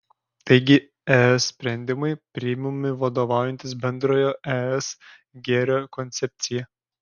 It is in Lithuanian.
taigi es sprendimai priimami vadovaujantis bendrojo es gėrio koncepcija